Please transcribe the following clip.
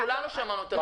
כולנו שמענו על הבעיות.